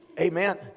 amen